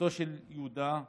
מותו של יהודה